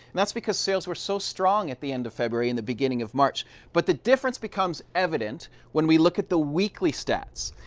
and that's because sales were so strong at the end of february and the beginning of march. but the difference becomes evident when we look at the weekly stats.